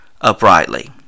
uprightly